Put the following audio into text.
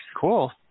Cool